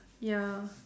ya